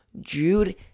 Jude